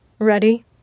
Ready